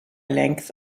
length